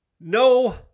no